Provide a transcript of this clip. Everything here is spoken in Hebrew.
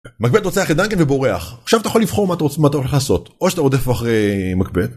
מקבת רוצח את דאנקן ובורח. עכשיו אתה יכול לבחור מה אתה הולך לעשות, או שאתה רודף אחרי מקבת